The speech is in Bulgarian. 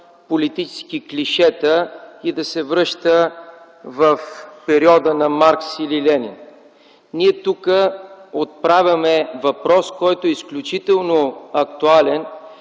политически клишета, и да се връща в периода на Маркс или Ленин. Тук отправяме въпрос, който е изключително актуален